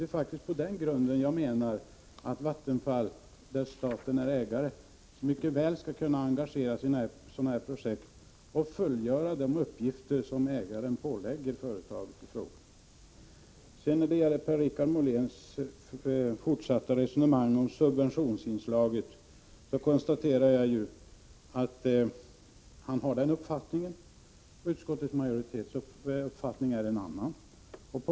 Det är faktiskt på den grunden som jag anser att Vattenfall med staten som ägare mycket väl skall kunna engagera sig i sådana här projekt och fullgöra de uppgifter som ägaren ålägger företaget i fråga. Beträffande Per-Richard Moléns fortsatta resonemang om subventionsinslaget konstaterar jag att han har den uppfattning han har. Utskottsmajoritetens uppfattning är en annan.